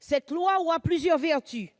Cette proposition de loi aura plusieurs vertus